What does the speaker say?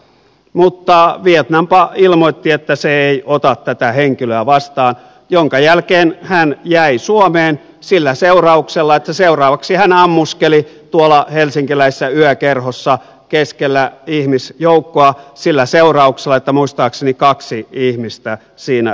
mutta vietnampa ilmoitti että se ei ota tätä henkilöä vastaan jonka jälkeen hän jäi suomeen sillä seurauksella että seuraavaksi hän ammuskeli tuolla helsinkiläisessä yökerhossa keskellä ihmisjoukkoa sillä seurauksella että muistaakseni kaksi ihmistä siinä loukkaantui